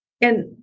And-